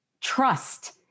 trust